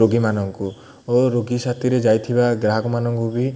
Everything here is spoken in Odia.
ରୋଗୀମାନଙ୍କୁ ଓ ରୋଗୀ ସାାଥିରେ ଯାଇଥିବା ଗ୍ରାହକମାନଙ୍କୁ ବି